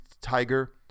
tiger